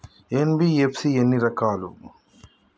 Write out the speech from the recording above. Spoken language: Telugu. ఎన్.బి.ఎఫ్.సి ఎన్ని రకాలు?